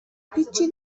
هیچی